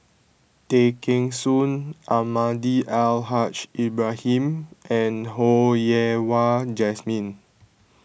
Tay Kheng Soon Almahdi Al Haj Ibrahim and Ho Yen Wah Jesmine